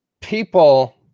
people